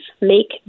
make